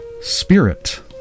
spirit